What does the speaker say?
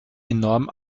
enorm